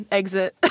exit